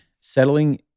settling